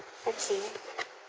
okay